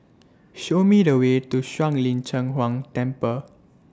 Show Me The Way to Shuang Lin Cheng Huang Temple